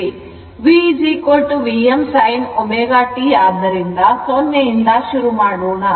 V Vm sin ω t ಆದ್ದರಿಂದ 0 ಇಂದ ಶುರು ಮಾಡೋಣ